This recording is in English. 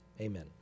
amen